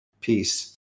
peace